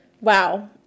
Wow